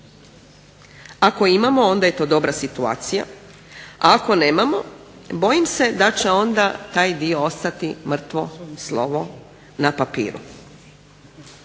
Ako je imamo onda je to dobra situacija, a ako nemamo bojim se da će onda taj dio ostati mrtvo slovo na papiru.